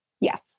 Yes